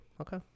Okay